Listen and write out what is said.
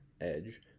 edge